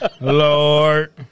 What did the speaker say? Lord